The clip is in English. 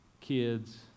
Kids